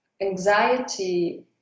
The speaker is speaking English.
anxiety